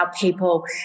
people